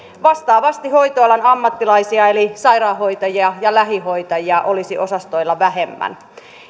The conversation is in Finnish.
vastaavasti hoitoalan ammattilaisia eli sairaanhoitajia ja lähihoitajia olisi osastoilla vähemmän